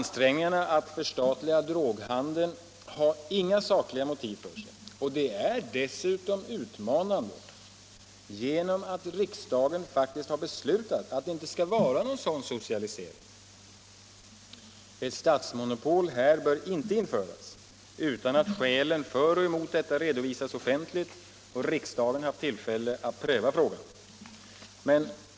Ansträngningarna att förstatliga droghandeln har inga sakliga motiv för sig. De är dessutom utmanande genom att riksdagen faktiskt har beslutat att det inte skall vara någon sådan socialisering. Ett statsmonopol här bör inte införas utan att skälen för och emot detta redovisats offentligt och riksdagen haft tillfälle att pröva frågan.